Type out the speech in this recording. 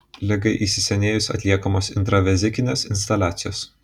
ligai įsisenėjus atliekamos intravezikinės instiliacijos